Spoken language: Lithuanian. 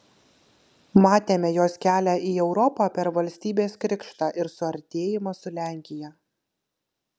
matėme jos kelią į europą per valstybės krikštą ir suartėjimą su lenkija